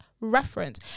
reference